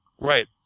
Right